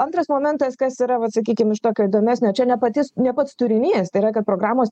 antras momentas kas yra vat sakykim iš tokio įdomesnio čia ne pati ne pats turinys tai yra kad programos